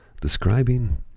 describing